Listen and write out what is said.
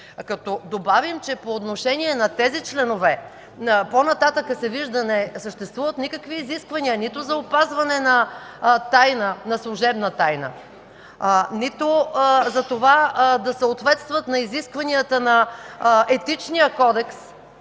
добавим, че по отношение на тези членове, по-нататък се вижда, не съществуват никакви изисквания – нито за опазване на служебна тайна, нито за това да съответстват на изискванията на Етичния кодекс